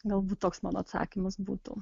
galbūt toks mano atsakymas būtų